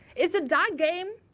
it's a dark game,